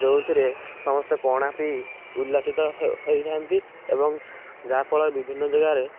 ଯେଉଁଥିରେ ସମସ୍ତେ ପଣା ପିଇ ଉଲ୍ଲାସିତ ହୋ ହୋଇଥାନ୍ତି ଏବଂ ଯାହା ଫଳରେ ବିଭିନ୍ନ ଜେଗାରେ